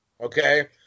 Okay